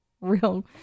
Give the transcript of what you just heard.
Real